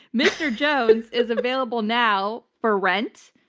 mr. jones is available now for rent.